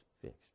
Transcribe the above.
fixed